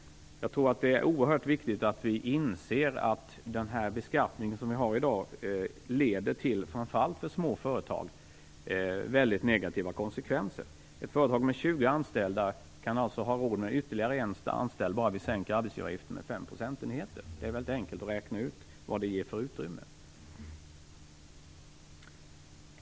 Jag tror det är oerhört viktigt att vi inser att den beskattning vi har i dag leder till väldigt negativa konsekvenser, framför allt för små företag. Ett företag med 20 anställda kan ha råd med ytterligare en anställd bara vi sänker arbetsgivaravgiften med 5 procentenheter. Det är väldigt enkelt att räkna ut vad det ger för utrymme.